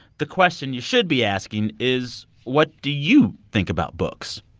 the question you should be asking is, what do you think about books?